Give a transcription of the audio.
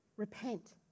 repent